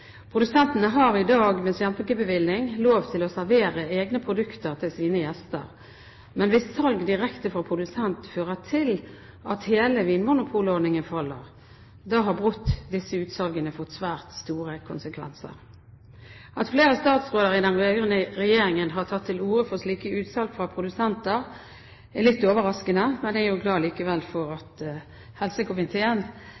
Produsentene har i dag, med skjenkebevilling, lov til å servere egne produkter til sine gjester. Men hvis salg direkte fra produsent fører til at hele vinmonopolordningen faller, da har brått disse utsalgene fått svært store konsekvenser. At flere statsråder i den rød-grønne regjeringen har tatt til orde for slike utsalg fra produsenter, er litt overraskende. Men jeg er likevel glad for